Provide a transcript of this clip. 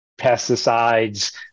pesticides